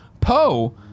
Poe